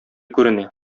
күренә